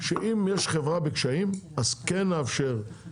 שאם יש חברה בקשיים אז כן נאפשר,